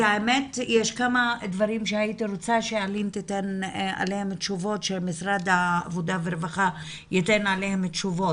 יש כמה דברים שהייתי רוצה שמשרד העבודה והרווחה ייתן עליהם תשובות.